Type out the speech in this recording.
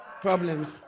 problems